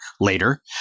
later